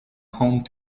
home